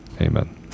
Amen